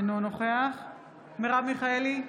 אינו נוכח מרב מיכאלי,